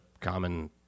common